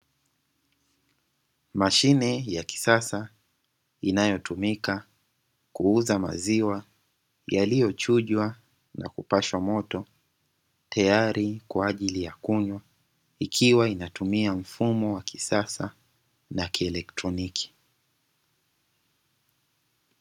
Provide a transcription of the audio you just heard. Mashine ya kisasa inayotumika kuuza maziwa yaliyochujwa na kupashwa moto, tayari kwa ajili ya kunywa, ikiwa inatumia mfumo wa kisasa na kielektoniki .